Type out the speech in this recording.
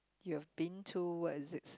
you've been to what is it